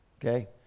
okay